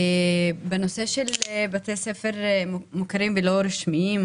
בנושא של בתי הספר מוכרים ולא רשמיים,